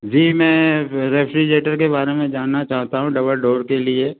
जी मैं रेफ्रिज्रेटर के बारे में जानना चाहता हूँ डबल डोर के लिए